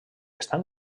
estan